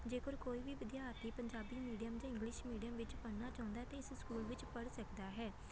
ਜੇਕਰ ਕੋਈ ਵੀ ਵਿਦਿਆਰਥੀ ਪੰਜਾਬੀ ਮੀਡੀਅਮ ਜਾਂ ਇੰਗਲਿਸ਼ ਮੀਡੀਅਮ ਵਿੱਚ ਪੜ੍ਹਨਾ ਚਾਹੁੰਦਾ ਹੈ ਤਾਂ ਇਸ ਸਕੂਲ ਵਿੱਚ ਪੜ੍ਹ ਸਕਦਾ ਹੈ